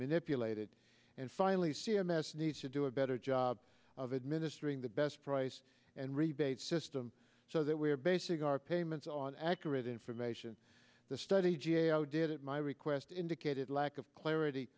manipulated and finally c m s needs to do a better job of administering the best price and rebate system so that we are basing our payments on accurate information the study g a o did at my request indicated a lack of clarity